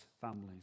families